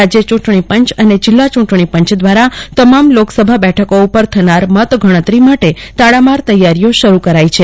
રાજય ચૂંટણીપંચ અને જિલ્લા ચૂંટણી પંચ દ્વારા તમામ લોકસભા બેઠકો ઉપર થનાર મતગણતરી માટે તડામાર તૈયારીઓ શરૂ કરી છે